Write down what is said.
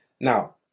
Now